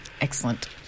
Excellent